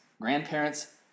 grandparents